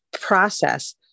process